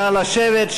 נא לשבת,